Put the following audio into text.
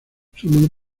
suman